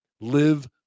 Live